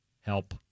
Help